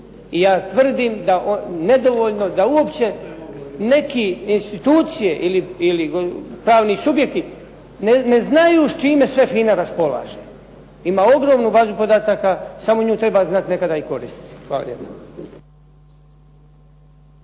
da nedovoljno da uopće neke institucije ili pravni subjekti ne znaju s čime sve FINA raspolaže. Ima ogromnu bazu podataka, samo nju treba znati nekada i koristiti. Hvala